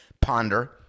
ponder